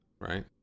right